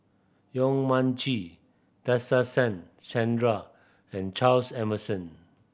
Yong Mun Chee Nadasen Chandra and Charles Emmerson